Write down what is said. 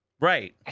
right